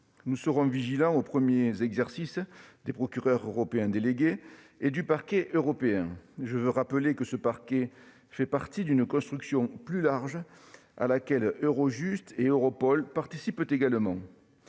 Nous serons vigilants aux premiers exercices des procureurs européens délégués et du Parquet européen. Je veux rappeler que ce parquet fait partie d'une construction plus large à laquelle Eurojust et Europol participent également.